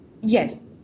yes